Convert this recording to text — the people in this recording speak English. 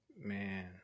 Man